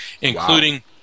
including